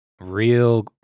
real